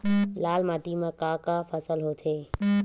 लाल माटी म का का फसल होथे?